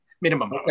Minimum